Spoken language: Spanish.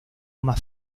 más